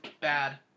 bad